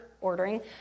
ordering